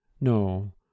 No